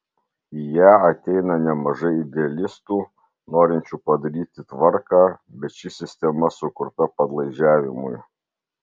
į ją ateina nemažai idealistų norinčių padaryti tvarką bet ši sistema sukurta padlaižiavimui